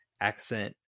accent